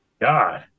god